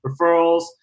referrals